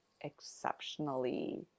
exceptionally